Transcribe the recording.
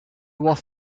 was